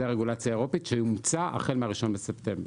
זו הרגולציה האירופית שאומצה החל מ-1 בספטמבר.